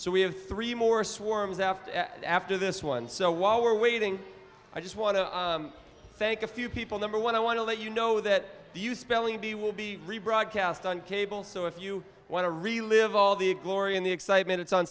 so we have three more swarms after after this one so while we're waiting i just want to thank a few people number one i want to let you know that the you spelling bee will be rebroadcast on cable so if you want to relive all the glory and the excitement it's on